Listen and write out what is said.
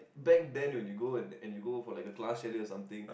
back then when you go and you go for like a class chalet or something